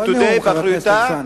שתודה באחריותה.